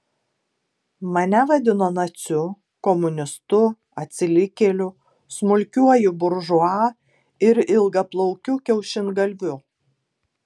mane vadino naciu komunistu atsilikėliu smulkiuoju buržua ir ilgaplaukiu kiaušingalviu